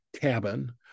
cabin